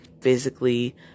physically